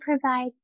provide